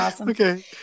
Okay